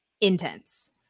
intense